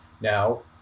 Now